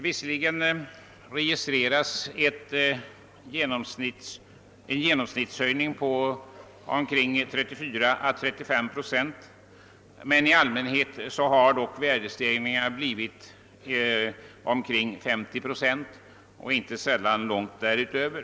Den registrerade genomsnittliga höjningen ligger på 34 å 35 procent, men i allmänhet har stegringarna blivit omkring 50 procent och inte sällan långt därutöver.